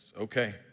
okay